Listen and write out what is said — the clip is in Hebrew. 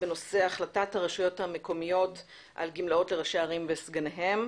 בנושא החלטת הרשויות המקומיות על גמלאות לראשי הערים וסגניהם.